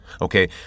Okay